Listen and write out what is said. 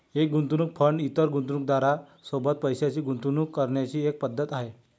एक गुंतवणूक फंड इतर गुंतवणूकदारां सोबत पैशाची गुंतवणूक करण्याची एक पद्धत आहे